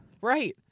right